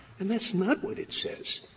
and that's not what it says.